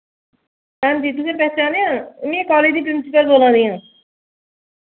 हां जी तुसें पंछानेआ में कालेज दी प्रिंसिपल बोल्ला दियां